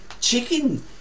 Chicken